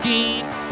Keep